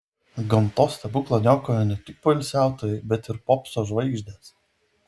gamtos stebuklą niokoja ne tik poilsiautojai bet ir popso žvaigždės